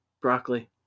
Broccoli